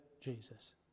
Jesus